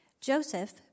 Joseph